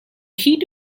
heat